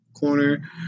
corner